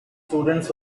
students